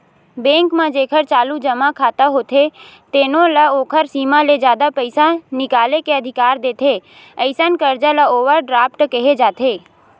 bank म जेखर चालू जमा खाता होथे तेनो ल ओखर सीमा ले जादा पइसा निकाले के अधिकार देथे, अइसन करजा ल ओवर ड्राफ्ट केहे जाथे